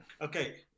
Okay